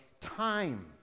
time